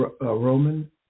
Roman